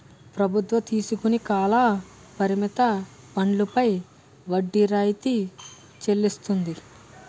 ప్రభుత్వం తీసుకుని కాల పరిమిత బండ్లపై వడ్డీ రాయితీ చెల్లిస్తుంది